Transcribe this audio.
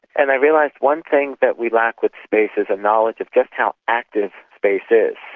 and i realised one thing that we lack with space is a knowledge of just how active space is.